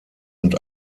und